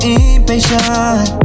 impatient